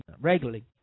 regularly